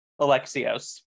Alexios